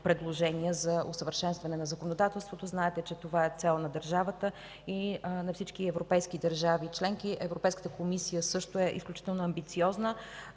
за усъвършенстване на законодателството. Знаете, че това е цел на държавата и на всички европейски държави членки. Европейската комисия е също много амбициозна.